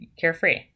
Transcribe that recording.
carefree